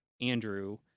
andrew